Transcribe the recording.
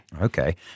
Okay